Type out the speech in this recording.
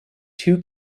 two